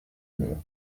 mur